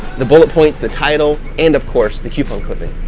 the bullet points, the title, and of course, the coupon clipping.